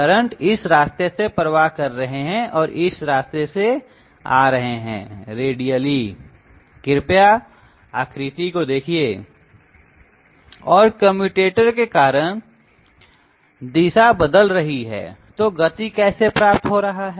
current इस रास्ते से बाहर प्रवाह कर रहे हैं और इस रास्ते से आ रहे हैं रेडियली कृपया आकृति को देखें और कमयुटेटर के कारण दिशा बदल रही है तो गति कैसे प्राप्त हो रहा है